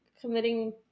committing